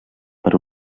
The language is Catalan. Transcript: per